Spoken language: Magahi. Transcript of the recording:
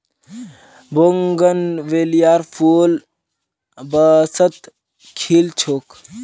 बोगनवेलियार फूल बसंतत खिल छेक